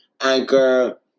anchor